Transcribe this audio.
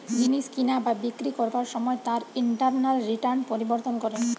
জিনিস কিনা বা বিক্রি করবার সময় তার ইন্টারনাল রিটার্ন পরিবর্তন করে